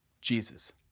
Jesus